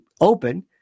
open